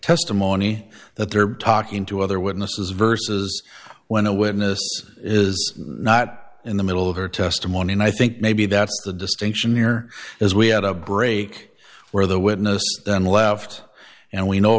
testimony that they're talking to other witnesses versus when a witness is not in the middle of her testimony and i think maybe that's the distinction here is we had a break where the witness then left and we know